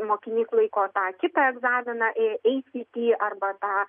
mokinys laiko tą kitą egzaminą ei sy ti arba tą